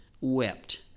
wept